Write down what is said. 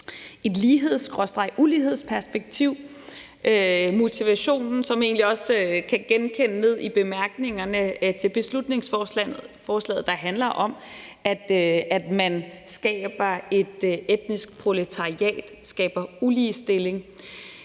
et ligheds-/ulighedsperspektiv. Det er en motivation, som jeg egentlig kan genkende ned i bemærkningerne til beslutningsforslaget, der handler om, at man skaber et etnisk proletariat, altså skaber uligestilling.